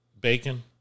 bacon